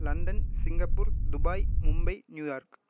London Singapore Dubai Mumbai New York